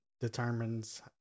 determines